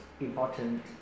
important